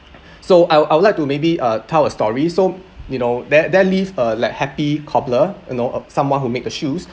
so I would I would like to maybe uh tell a story so you know there there live a like happy cobbler you know of someone who make the shoes